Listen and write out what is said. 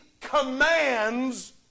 commands